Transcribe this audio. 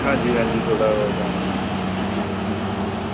हंजी हंजी थोह्ड़ा ओह् है निं ठीक ऐ ठीक